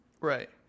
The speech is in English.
right